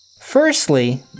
Firstly